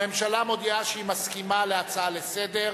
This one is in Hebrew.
הממשלה מודיעה שהיא מסכימה להצעה לסדר-היום,